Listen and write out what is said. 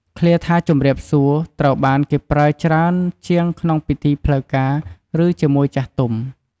ឃ្លាថា «ជំរាបសួរ» ត្រូវបានគេប្រើច្រើនជាងក្នុងពិធីផ្លូវការ ឬ ជាមួយចាស់ទុំ។